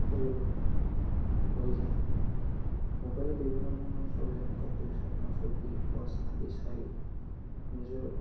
একেলগে হৈ যায় মোবাইলত বিভিন্ন ধৰণৰ শ্ব' যেনে Kapil Sharma show Big Boss আদি চাই নিজৰ